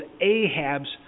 Ahab's